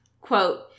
Quote